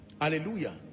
Hallelujah